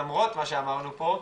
למרות מה שאמרנו פה,